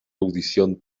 audición